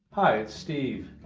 hi it's steve.